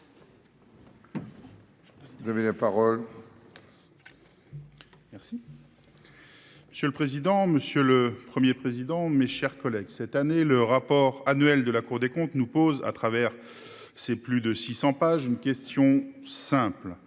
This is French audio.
Monsieur le président, monsieur le Premier président, mes chers collègues, cette année, le rapport annuel de la Cour des comptes nous pose, au travers de ses plus de 600 pages, une question simple